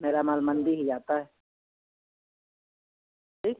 मेरा माल मंडी ही आता है ठीक